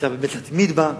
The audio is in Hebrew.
וצריך באמת להתמיד בה,